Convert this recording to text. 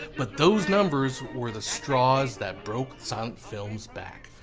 but those numbers were the straws that broke silent film's back.